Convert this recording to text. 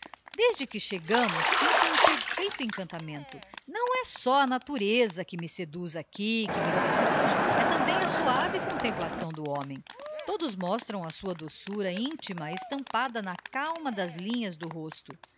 desde que chegámos sinto um perfeito encantamento não é só a natu reza que me seduz aqui que me festeja é também a suave contemplação do homem todos mostram a sua doçura intima estampada na calma das linhas do rosto